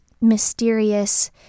mysterious